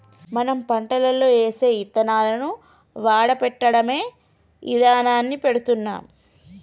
మనం పంటలో ఏసే యిత్తనాలను వాడపెట్టడమే ఇదానాన్ని ఎడుతున్నాం